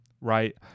Right